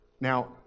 Now